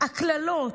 הקללות,